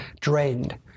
drained